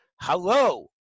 hello